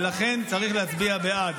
ולכן צריך להצביע בעד.